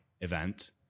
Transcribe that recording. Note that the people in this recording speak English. event